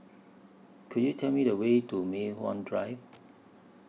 Could YOU Tell Me The Way to Mei Hwan Drive